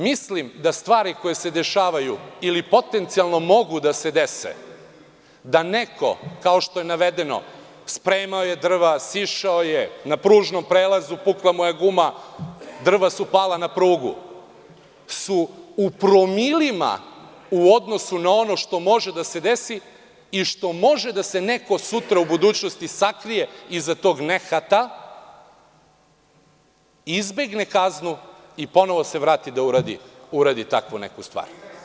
Mislim da stvari koje se dešavaju, ili potencijalno mogu da se dese da neko kao što je navedeno, spremao je drva sišao je na pružnom prelazu, pukla mu je guma, drva su pala na prugu, su u promilima u odnosu na ono što može da se desi, i što može da se neko sutra u budućnosti sakrije iza tog nehata i izbegne kaznu i ponovo se vrati da uradi takvu neku stvar.